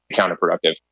counterproductive